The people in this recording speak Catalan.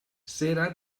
cera